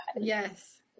Yes